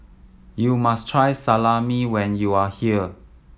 you must try Salami when you are here